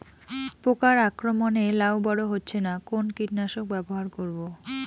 পোকার আক্রমণ এ লাউ বড় হচ্ছে না কোন কীটনাশক ব্যবহার করব?